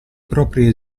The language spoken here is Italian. proprie